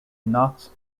knots